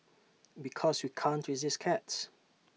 because we can't resist cats